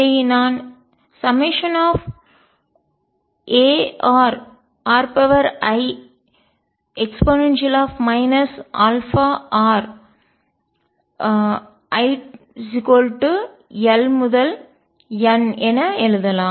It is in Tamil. இதை நான் i1narrie αr என எழுதலாம்